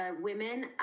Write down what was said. women